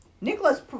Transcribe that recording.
Nicholas